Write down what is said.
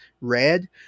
red